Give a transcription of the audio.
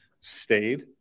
stayed